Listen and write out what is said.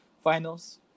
Finals